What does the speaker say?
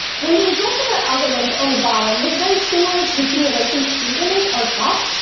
when the results of our algorithms on the bottom look very similar to the simulation's truth image on top,